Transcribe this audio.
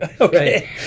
Okay